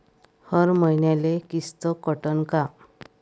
हर मईन्याले किस्त कटन का?